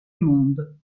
monde